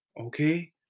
okay